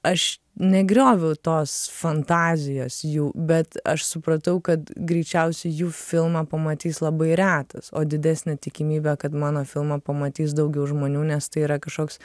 aš negrioviau tos fantazijos jų bet aš supratau kad greičiausiai jų filmą pamatys labai retas o didesnė tikimybė kad mano filmą pamatys daugiau žmonių nes tai yra kažkoks